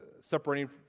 separating